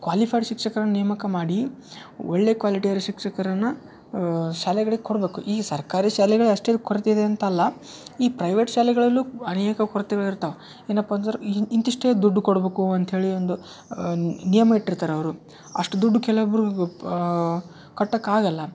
qualified ಶಿಕ್ಷಕರನ್ನ ನೇಮಕ ಮಾಡಿ ಒಳ್ಳೆಯ ಕ್ವಾಲಿಟಿ ಇರೋ ಶಿಕ್ಷಕರನ್ನ ಶಾಲೆಗಳಿಗೆ ಕೊಡಬೇಕು ಈ ಸರ್ಕಾರಿ ಶಾಲೆಗಳು ಅಷ್ಟೇ ಕೊರತೆ ಇದೆ ಅಂತಲ್ಲ ಈ ಪ್ರೈವೇಟ್ ಶಾಲೆಗಳಲ್ಲೂ ಅನೇಕ ಕೊರ್ತೆಗಳು ಇರ್ತಾವ ಏನಪ್ಪಾ ಅಂದ್ರೆ ಇಂತಿಷ್ಟೇ ದುಡ್ಡು ಕೊಡ್ಬೇಕು ಅಂತ್ಹೇಳಿ ಒಂದು ನಿಯಮ ಇಟ್ಟಿರ್ತಾರೆ ಅವರು ಅಷ್ಟು ದುಡ್ಡು ಕೆಲವೊಬ್ಬರಿಗೂ ಕಟ್ಟಕ್ಕಾಗಲ್ಲ